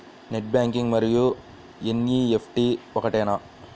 Net banking మరియు NEFT ఒకటేనా?